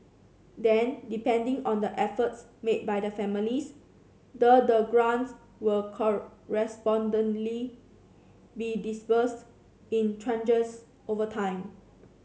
then depending on the efforts made by the families the the grant will correspondingly be disbursed in tranches over time